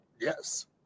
yes